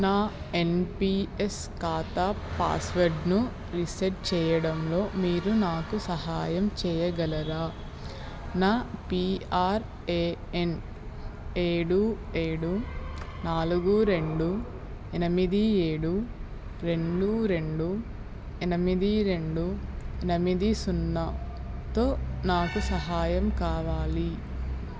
నా ఎన్పిఎస్ ఖాతా పాస్వర్డ్ను రీసెట్ చేయడంలో మీరు నాకు సహాయం చేయగలరా నా పీఆర్ఏఎన్ ఏడు ఏడు నాలుగు రెండు ఎనిమిది ఏడు రెండు రెండు ఎనిమిది రెండు ఎనిమిది సున్నాతో నాకు సహాయం కావాలి